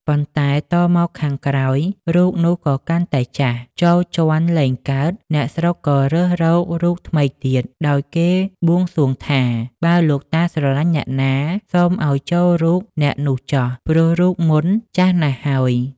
ប៉ុន្តែតមកខាងក្រោយ រូបនោះក៏កាន់តែចាស់ ចូលជាន់លែងកើត អ្នកស្រុកក៏រើសរករូបថ្មីទៀត ដោយគេបួងសួងថា "បើលោកតាស្រឡាញ់អ្នកណា សូមឲ្យចូលរូបអ្នកនោះ ចុះ ព្រោះរូបមុនចាស់ណាស់ហើយ ។